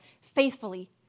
faithfully